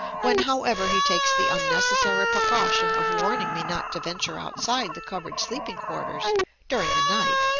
when, however, he takes the unnecessary precaution of warning me not to venture outside the covered sleeping quarters during the night,